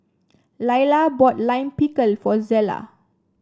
Laila bought Lime Pickle for Zella